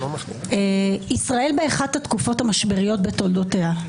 ישראל באחת התקופות המשבריות בתולדותיה: